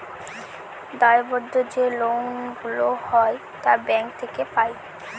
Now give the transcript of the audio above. দায়বদ্ধ যে লোন গুলা হয় তা ব্যাঙ্ক থেকে পাই